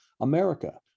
America